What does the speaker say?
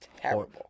terrible